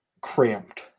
cramped